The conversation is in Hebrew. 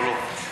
לא, לא.